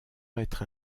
être